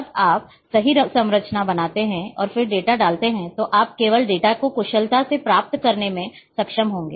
जब आप सही संरचना बनाते हैं और फिर डेटा डालते हैं तो आप केवल डेटा को कुशलता से प्राप्त करने में सक्षम होंगे